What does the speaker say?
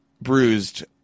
bruised